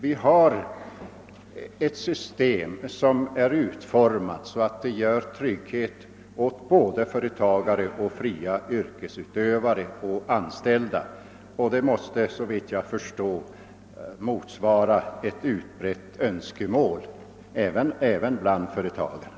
Vi har ett system som är så utformat, att det ger trygghet åt såväl företagare och fria yrkesutövare som anställda. Det måste, såvitt jag förstår, motsvara ett utbrett önskemål även bland företagarna.